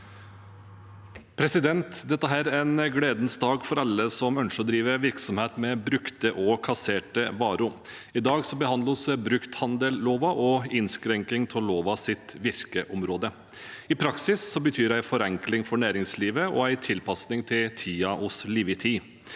for saken): Dette er en gledens dag for alle som ønsker å drive virksomhet med brukte og kasserte varer. I dag behandler vi brukthandelloven og innskrenking av lovens virkeområde. I praksis betyr det en forenkling for næringslivet og en tilpasning til tiden vi lever i.